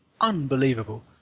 unbelievable